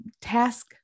task